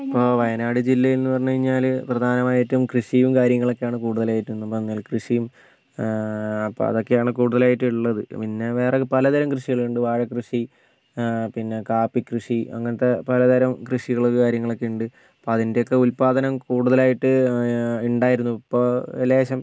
ഇപ്പോൾ വയനാട് ജില്ലേന്ന് പറഞ്ഞ് കഴിഞ്ഞാൽ പ്രധാനമായിട്ടും കൃഷിയും കാര്യങ്ങളൊക്കെയാണ് കൂടുതലായിട്ടും ഇന്നിപ്പം നെൽകൃഷീം അപ്പം അതൊക്കെയാണ് കൂടുതലായിട്ട് ഉള്ളത് പിന്നെ വേറെ പലതരം കൃഷികളുണ്ട് വാഴകൃഷി പിന്നെ കാപ്പികൃഷി അങ്ങനത്തെ പലതരം കൃഷികളും കാര്യങ്ങളക്കെയ്ണ്ട് ഇപ്പം അതിൻ്റെക്കെ ഉൽപാദനം കൂടുതലായിട്ട് ഉണ്ടായിരുന്നു ഇപ്പോൾ ലേശം